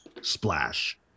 splash